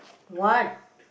what